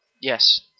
Yes